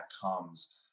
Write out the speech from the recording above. comes